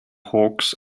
hawks